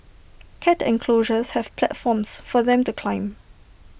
cat enclosures have platforms for them to climb